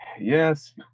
Yes